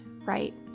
right